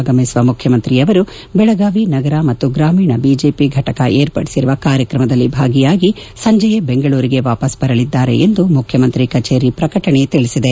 ಆಗಮಿಸುವ ಮುಖ್ಯಮಂತ್ರಿಯವರು ಬೆಳಗಾವಿ ನಗರ ಮತ್ತು ಗ್ರಾಮೀಣ ಬಿಜೆಪಿ ಘಟಕ ವಿರ್ಪಡಿಸಿರುವ ಕಾರ್ಯಕ್ರಮದಲ್ಲಿ ಭಾಗಿಯಾಗಿ ಸಂಜೆಯೇ ಬೆಂಗಳೂರಿಗೆ ವಾಪಸ್ ಬರಲಿದ್ಗಾರೆ ಎಂದು ಮುಖ್ನಮಂತ್ರಿ ಕಚೇರಿ ಪ್ರಕಟಣೆ ತಿಳಿಸಿದೆ